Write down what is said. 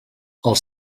els